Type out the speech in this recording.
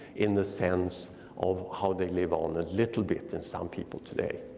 in the sense of how they live on a little bit in some people today.